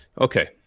okay